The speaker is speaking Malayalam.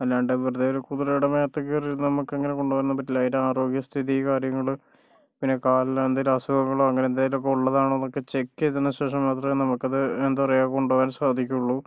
അല്ലാണ്ട് വെറുതെ ഒരു കുതിരയുടെ മേത്ത് കയറി ഇരുന്ന് നമുക്കങ്ങനെ കൊണ്ടുപോകാനൊന്നും പറ്റില്ല അതിൻ്റെ ആരോഗ്യ സ്ഥിതി കാര്യങ്ങള് പിന്നെ കാലിന് എന്തെങ്കിലും അസുഖങ്ങളോ അങ്ങനെ എന്തെങ്കിലുമൊക്കെ ഉള്ളതാണോന്നൊക്കെ ചെക്ക് ചെയ്തതിന് ശേഷം മാത്രമേ നമുക്കത് എന്താ പറയുക കൊണ്ടുപോകാൻ സാധിക്കുളളൂ